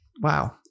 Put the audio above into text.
Wow